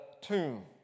tomb